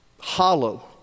hollow